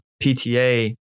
PTA